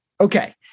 Okay